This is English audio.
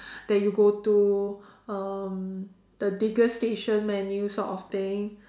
that you go to um the vigor station menu sort of thing